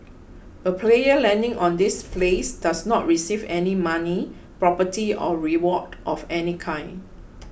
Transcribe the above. a player landing on this place does not receive any money property or reward of any kind